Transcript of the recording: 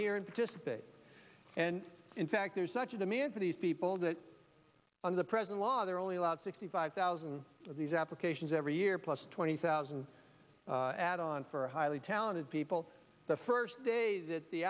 here and dissipate and in fact there's such a demand for these people that on the present law there are only allowed sixty five thousand of these applications every year plus twenty thousand add on for a highly talented people the first day that the